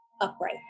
upright